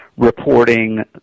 Reporting